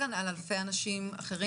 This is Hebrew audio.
אלפי אנשים אחרים.